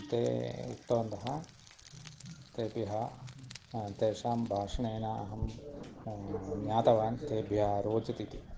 ते उक्तवन्तः तेभ्यः तेषां भाषणेन अहं ज्ञातवान् तेभ्यः अरोचत् इति